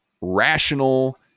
rational